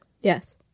Yes